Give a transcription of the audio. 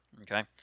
okay